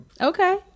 Okay